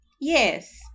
Yes